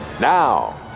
Now